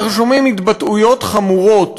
אנחנו שומעים התבטאויות חמורות